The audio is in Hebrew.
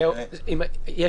גור בליי, היועץ המשפטי.